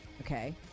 Okay